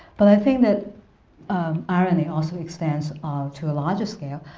but i think that irony also extends ah to a larger scale,